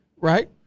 Right